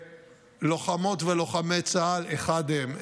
לוחמות ולוחמי צה"ל אחד הם,